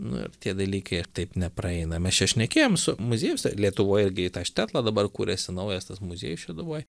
nu ir tie dalykai taip nepraeina mes čia šnekėjom su muziejuse lietuvoj irgi į tą štetlą dabar kuriasi naujas tas muziejus šeduvoj